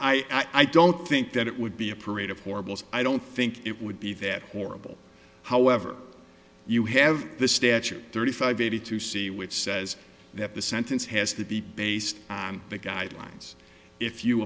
i don't think that it would be a parade of horribles i don't think it would be that horrible however you have the statute thirty five eighty two c which says that the sentence has to be based on the guidelines if you